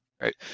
right